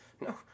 no